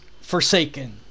forsaken